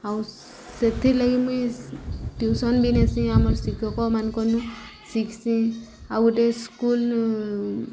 ଆଉ ସେଥିର୍ରଲାଗି ମୁଇଁ ଟିଉସନ୍ ବି ନେସି ଆମର୍ ଶିକ୍ଷକମାନଙ୍କର୍ନୁ ଶିଖ୍ସିଁ ଆଉ ଗୁଟେ ସ୍କୁଲ୍